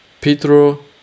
Pedro